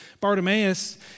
Bartimaeus